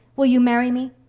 will you marry me?